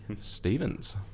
Stevens